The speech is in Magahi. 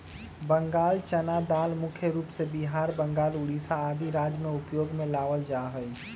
बंगाल चना दाल मुख्य रूप से बिहार, बंगाल, उड़ीसा आदि राज्य में उपयोग में लावल जा हई